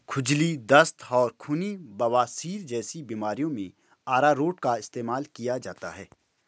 खुजली, दस्त और खूनी बवासीर जैसी बीमारियों में अरारोट का इस्तेमाल किया जाता है